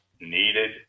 needed